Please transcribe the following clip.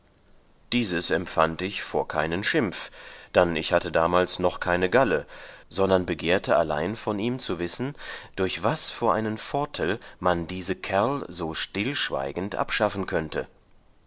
dieses empfand ich vor keinen schimpf dann ich hatte damals noch keine galle sondern begehrte allein von ihm zu wissen durch was vor einen vortel man diese kerl so stillschweigend abschaffen könnte